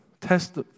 Test